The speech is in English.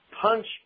punch